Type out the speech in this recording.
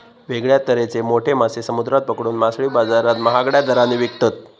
वेगळ्या तरेचे मोठे मासे समुद्रात पकडून मासळी बाजारात महागड्या दराने विकतत